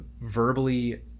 verbally